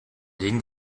den